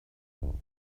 himself